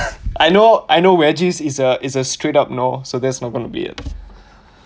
I know I know veges is a is a straight up no so that's not gonna be it